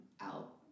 out